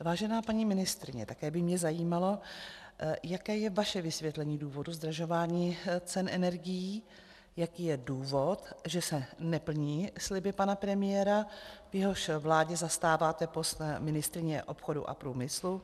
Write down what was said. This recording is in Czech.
Vážená paní ministryně, také by mě zajímalo, jaké je vaše vysvětlení důvodu zdražování cen energií, jaký je důvod, že se neplní sliby pana premiéra, v jehož vládě zastáváte post ministryně obchodu a průmyslu.